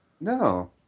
No